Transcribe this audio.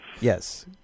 Yes